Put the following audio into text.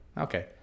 okay